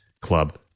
Club